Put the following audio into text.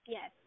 Yes